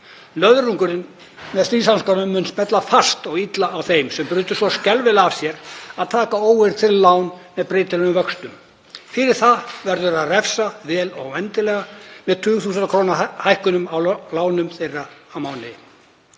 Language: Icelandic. Löðrungurinn með stríðshanskanum mun smella fast og illa á þeim sem brutu svo skelfilega af sér að taka óverðtryggð lán með breytilegum vöxtum. Fyrir það verður að refsa vel og vendilega með tugþúsunda króna hækkunum á lánum þeirra á mánuði.